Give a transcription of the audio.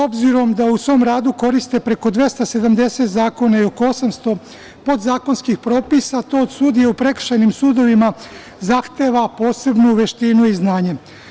Obzirom da u svom radu koriste preko 270 zakona i oko 800 podzakonskih propisa, to od sudija u prekršajnim sudovima zahteva posebnu veštinu i znanje.